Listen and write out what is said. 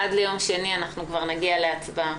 עד ליום שני אנחנו כבר נגיע להצבעה.